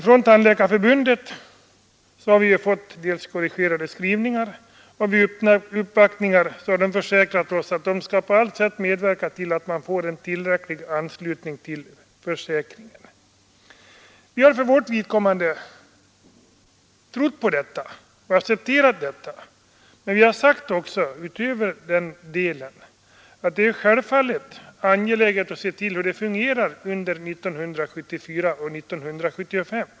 Från Tandläkarförbundet har vi ju fått dels korrigerade skrivningar, dels vid uppvaktningar försäkringar om att man på allt sätt skall medverka till att få en tillräcklig uppslutning till försäkringen. Vi har för vårt vidkommande trott på detta och accepterat detta. Men vi har utöver den delen sagt att det självfallet är angeläget att se till hur försäkringen fungerar under 1974 och 1975.